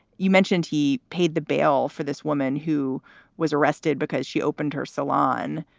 you mentioned he paid the bail for this woman who was arrested because she opened her salon.